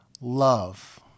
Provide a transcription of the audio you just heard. love